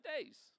days